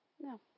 No